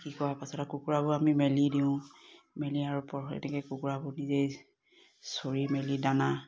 পাছত কুকুৰাবোৰ আমি মেলি দিওঁ কুকুৰাবোৰ নিজেই চৰি মেলি দানা